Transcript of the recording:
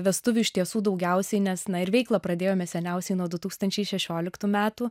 vestuvių iš tiesų daugiausiai nes na ir veiklą pradėjome seniausiai nuo du tūkstančiai šešioliktų metų